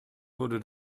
wurde